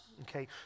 Okay